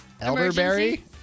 elderberry